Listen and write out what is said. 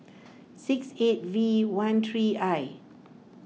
six eight V one three I